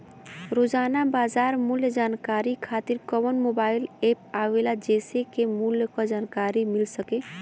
रोजाना बाजार मूल्य जानकारी खातीर कवन मोबाइल ऐप आवेला जेसे के मूल्य क जानकारी मिल सके?